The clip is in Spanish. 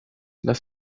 las